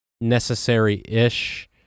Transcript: necessary-ish